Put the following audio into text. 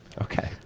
okay